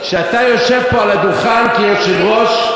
שאתה יושב פה על הדוכן כיושב-ראש,